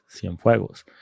Cienfuegos